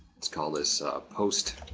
let's call this a post